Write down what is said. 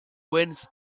wind